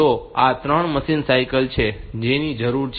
તો આ 3 machine cycle છે જેની જરૂર છે